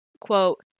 Quote